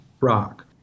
rock